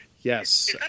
yes